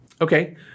Okay